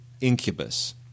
incubus